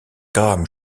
graham